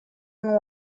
and